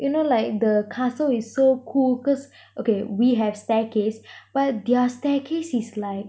you know like the castle is so cool cause okay we have staircase but their staircase is like